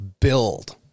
build